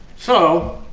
so